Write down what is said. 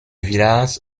villars